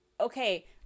okay